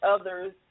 other's